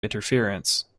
interference